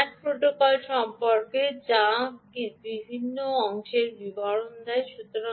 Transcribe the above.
এটি MAC protocol সম্পর্কে যা বিভিন্ন অংশের বিবরণ দেয়